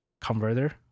converter